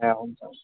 अँ हुन्छ हुन्छ